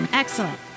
Excellent